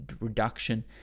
reduction